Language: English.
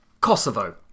Kosovo